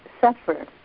suffer